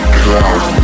cloud